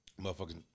motherfucking